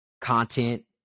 Content